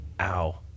ow